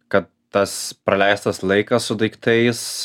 kad tas praleistas laikas su daiktais